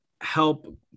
help